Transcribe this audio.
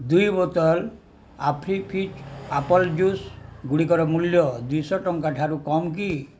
ଦୁଇ ବୋତଲ Appy Fizz apple juice ଗୁଡ଼ିକର ମୂଲ୍ୟ ଦୁଇଶହ ଟଙ୍କା ଠାରୁ କମ୍ କି